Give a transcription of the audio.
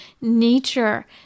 nature